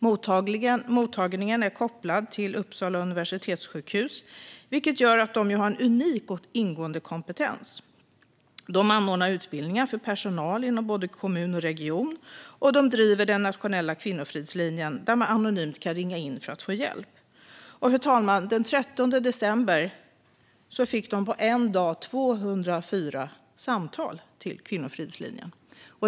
Mottagningen är kopplad till Uppsalas universitetssjukhus, Akademiska sjukhuset, vilket gör att de har en unik och ingående kompetens. De anordnar utbildningar för personal inom både kommun och region, och de driver den nationella kvinnofridslinjen dit man kan ringa anonymt för att få hjälp. Fru talman! Den 30 december fick man under en dag 204 samtal till Kvinnofridslinjen.